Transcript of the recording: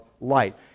light